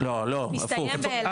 לא, הפוך.